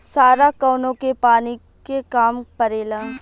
सारा कौनो के पानी के काम परेला